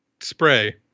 spray